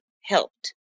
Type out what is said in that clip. helped